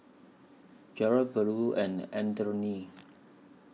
Jarrod Beula and Anfernee